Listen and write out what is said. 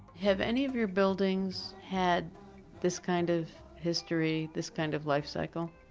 have any of your buildings had this kind of history, this kind of life cycle?